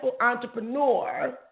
entrepreneur